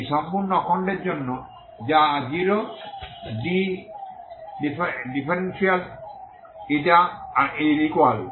এই সম্পূর্ণ অখণ্ডের জন্য যা 0d এর ইকুয়াল